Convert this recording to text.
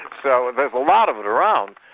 so there's a lot of it around.